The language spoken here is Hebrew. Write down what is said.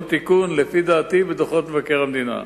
תיקון לפי דעתי בדוחות מבקר המדינה.